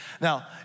Now